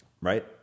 right